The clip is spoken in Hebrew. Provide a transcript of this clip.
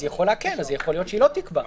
אז יכול להיות שהיא לא תקבע,